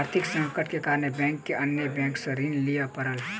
आर्थिक संकटक कारणेँ बैंक के अन्य बैंक सॅ ऋण लिअ पड़ल